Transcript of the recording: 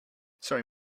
sorry